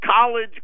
college